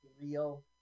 real